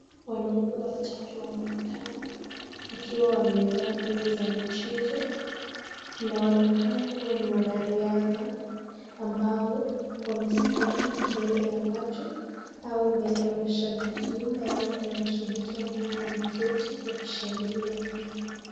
Wanaume watatu wanaonekana wakiwa wamevaa nguo za michezo na wanaonekana kuwa ni wanariadha ambao wamesimama mbele ya watu au mbele ya mashabiki. Nyuma yao kuna mashabiki ambao wameketi wakishabikia pia.